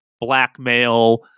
blackmail